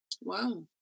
wow